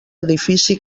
edifici